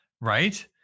Right